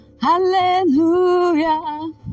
Hallelujah